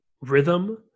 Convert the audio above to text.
rhythm